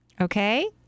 Okay